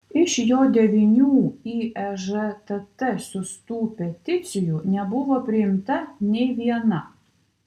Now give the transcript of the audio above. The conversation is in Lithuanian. iš jo devynių į ežtt siųstų peticijų nebuvo priimta nė viena